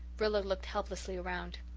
rilla looked helplessly round.